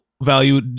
value